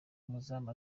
umuzamu